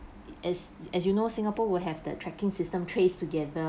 as as you know singapore will have the tracking system TraceTogether